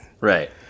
Right